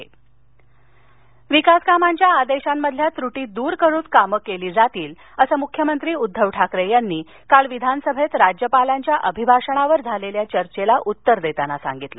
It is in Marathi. मख्यमंत्री आभार विकासकामांच्या आदेशांमधील त्रूटी दूर करून कामं सुरू केली जातील असं मुख्यमंत्री उद्दव ठाकरे यांनी काल विधानसभेत राज्यपालांच्या अभिभाषणावर झालेल्या चर्चेला उत्तर देताना सांगितलं